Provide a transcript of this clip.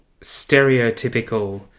stereotypical